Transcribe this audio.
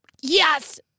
Yes